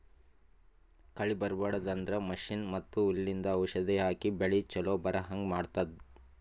ಕಳಿ ಬರ್ಬಾಡದು ಅಂದ್ರ ಮಷೀನ್ ಮತ್ತ್ ಹುಲ್ಲಿಂದು ಔಷಧ್ ಹಾಕಿ ಬೆಳಿ ಚೊಲೋ ಬರಹಂಗ್ ಮಾಡತ್ತರ್